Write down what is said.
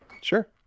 Sure